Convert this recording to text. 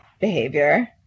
behavior